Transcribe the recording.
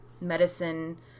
medicine